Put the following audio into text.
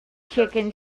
chicken